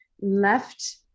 left